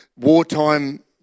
wartime